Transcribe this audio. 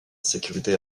sécurité